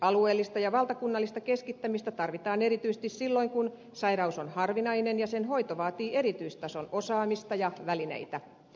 alueellista ja valtakunnallista keskittämistä tarvitaan erityisesti silloin kun sairaus on harvinainen ja sen hoito vaatii erityistason osaamista ja välineitä